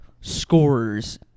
scorers